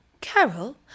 Carol